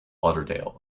lauderdale